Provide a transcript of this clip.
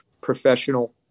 professional